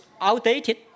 outdated